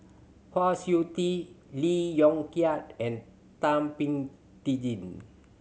Kwa Siew Tee Lee Yong Kiat and Thum Ping Tjin